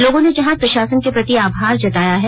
लोगों ने जहां प्रशासन के प्रति आभार जताया है